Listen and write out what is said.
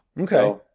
Okay